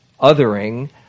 othering